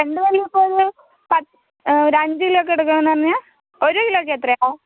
ചെണ്ടുമല്ലി പൂ ഒരു പത്ത് അഞ്ച് കിലോയൊക്കെ എടുക്കാന്ന് പറഞ്ഞാൽ ഒരു കിലോയോക്കെ എത്രയാണ്